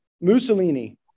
Mussolini